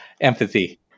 empathy